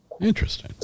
Interesting